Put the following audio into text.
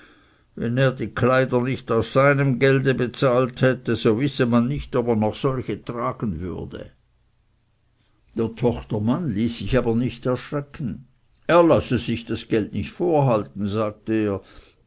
wenn er die kleider nicht aus ihrem gelde bezahlt hätte so wisse man nicht ob er noch solche tragen würde der tochtermann ließ sich aber nicht erschrecken er lasse sich das geld nicht vorhalten sagte er